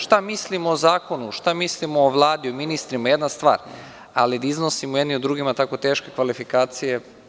Šta mislimo o zakonu, šta mislimo o Vladi, o ministrima je jedna stvar, ali da iznosimo jedni o drugima tako teške kvalifikacije…